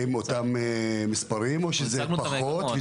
עם אותם מספרים או שזה פחות?